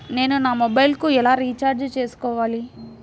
నేను నా మొబైల్కు ఎలా రీఛార్జ్ చేసుకోవాలి?